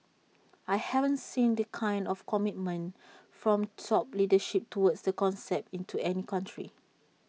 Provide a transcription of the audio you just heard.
I haven't seen the kind of commitment from top leadership towards the concept into any other country